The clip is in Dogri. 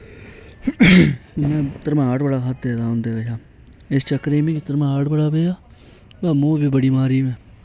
में तरमाड बड़ा खादे दा उंदे कशा इस चक्करें च मिगी तकमाड बड़ा पेआ वा मौ बी बड़ी मारी